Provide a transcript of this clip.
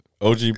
OG